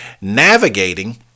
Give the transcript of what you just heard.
navigating